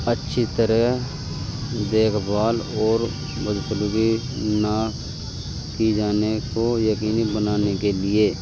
اچھی طرح دیکھ بھال اور بدسلیقگی نا کی جانے کو یقینی بنانے کے لیے